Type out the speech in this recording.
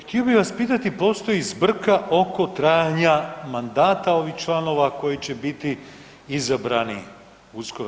Htio bih vas pitati, postoji zbrka oko trajanja mandata ovih članova koji će biti izabrani uskoro.